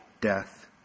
death